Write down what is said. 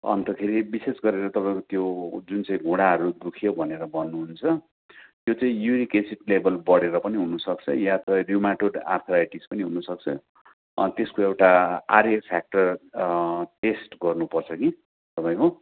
अन्तखेरि विशेष गरेर तपाईँको त्यो जुन चाहिँ घुँडाहरू दुख्यो भनेर भन्नुहुन्छ त्यो चाहिँ युरिक एसिड लेवल बढेर पनि हुनसक्छ या त र्युमाटोड आर्थराइटिस पनि हुनसक्छ अन्त त्यसको एउटा आरए फ्याक्टर टेस्ट गर्नुपर्छ कि तपाईँको